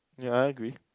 yeah I agree